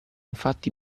infatti